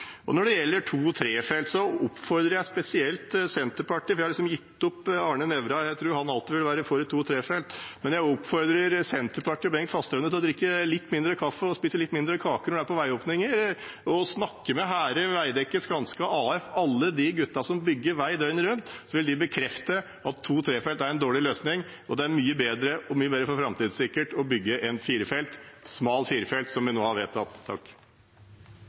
Når det gjelder to- og trefelts, oppfordrer jeg spesielt Senterpartiet, jeg har gitt opp Arne Nævra, jeg tror han alltid vil være for to-/trefelts, men jeg oppfordrer Senterpartiet og Bengt Fasteraune til å drikke litt mindre kaffe og spise litt mindre kake når de er på veiåpninger, og snakke med Hæhre, Veidekke, Skanska, AF. Alle de gutta som bygger vei døgnet rundt, vil bekrefte at to-/trefelts er en dårlig løsning. Det er mye bedre og mer framtidssikkert å bygge firefelts, smal firefelts, som vi nå har vedtatt.